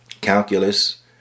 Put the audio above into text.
Calculus